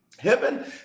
heaven